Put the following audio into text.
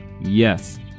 Yes